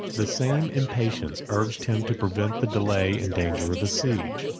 the same impatience urged him to prevent the delay and danger of a siege,